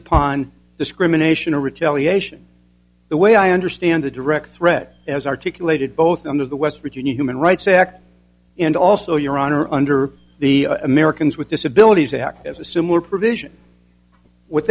upon discrimination a retaliation the way i understand a direct threat as articulated both under the west virginia human rights act and also your honor under the americans with disabilities act as a similar provision w